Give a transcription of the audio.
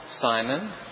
Simon